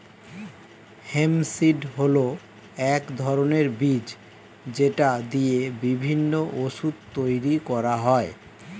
hemp seed হল এক ধরনের বীজ যেটা দিয়ে বিভিন্ন ওষুধ তৈরি করা হয়